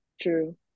True